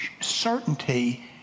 certainty